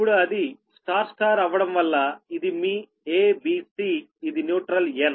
ఇప్పుడు అది Y Y అవ్వడం వల్ల ఇది మీ A B Cఇది న్యూట్రల్ N